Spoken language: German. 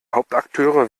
hauptakteure